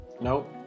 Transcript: Nope